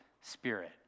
Spirit